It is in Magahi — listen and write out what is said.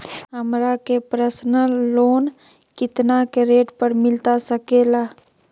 हमरा के पर्सनल लोन कितना के रेट पर मिलता सके ला?